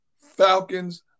Falcons